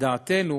לדעתנו